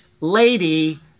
lady